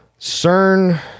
CERN